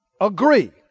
Agree